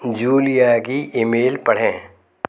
Julia की email पढ़ें